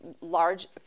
large